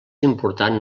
important